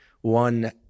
One